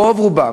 רוב רובם,